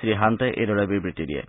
শ্ৰীহাণ্টে এইদৰে বিবৃতি দিয়ে